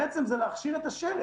זה בעצם להכשיר את השרץ.